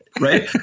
Right